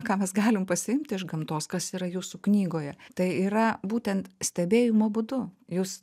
ką mes galim pasiimti iš gamtos kas yra jūsų knygoje tai yra būtent stebėjimo būdu jūs